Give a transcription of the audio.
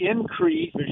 increase